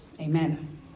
Amen